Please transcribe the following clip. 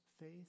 faith